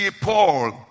Paul